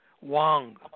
Wong